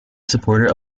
supporter